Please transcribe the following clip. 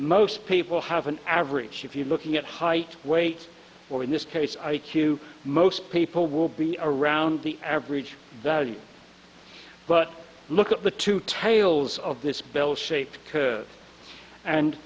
most people have an average if you're looking at height weight or in this case i q most people will be around the average value but look at the two tails of this bell shaped